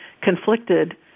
conflicted